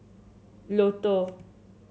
Lotto